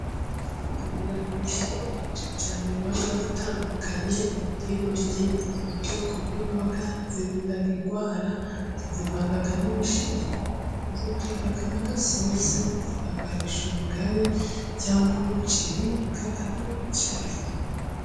Tugira ibihingwa byinshi cyane biba bitandukanye. Nk'intoryi ni ubwoko bw'imboga zirinda indwara, tuzivanga n'ibishyimbo, tuzikoramo agasosi tukakarisha ubugari cyangwa umuceri kakaryoha cyane!